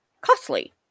costly